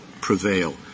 prevail